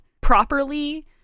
properly